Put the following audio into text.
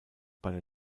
bei